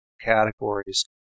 categories